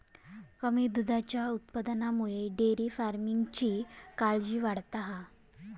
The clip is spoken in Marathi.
कमी दुधाच्या उत्पादनामुळे डेअरी फार्मिंगची काळजी वाढता हा